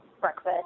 breakfast